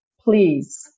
please